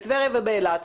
בטבריה ובאילת,